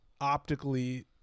optically